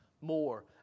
more